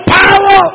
power